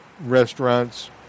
restaurants